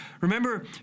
Remember